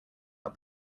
are